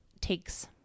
takes